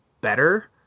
better